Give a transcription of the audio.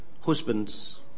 Husbands